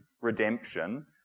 Redemption